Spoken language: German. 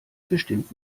bestimmt